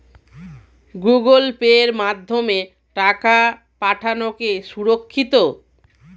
Google পের মাধ্যমে টাকা পাঠানোকে সুরক্ষিত?